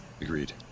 agreed